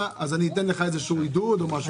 אז אני אתן לך איזה שהוא עידוד או משהו כזה.